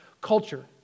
culture